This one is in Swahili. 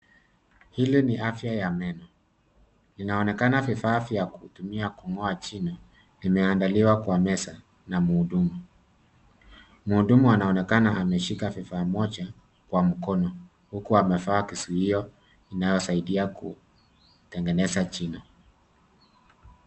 Hili ni afya ya meno. Inaonekana vifaa vya kutumia kung'oa jino limeandaliwa kwa meza na mhudumu. Mhudumu anaonekana ameshika vifaa mmoja kwa mkono huku amevaa kizuio inayosaidia kutengeneza jino.